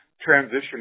transition